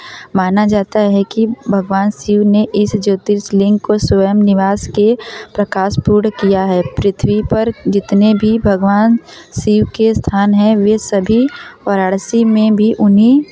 माना जाता है की भगवान शिव ने इस ज्योतिर्लिङ्ग को स्वयं निवास कर प्रकाशपूर्ण किया है पृथ्वी पर जितने भी भगवान शिव के स्थान हैं वे सभी वाराणसी में भी उन्हीं